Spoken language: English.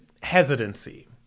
hesitancy